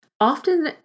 often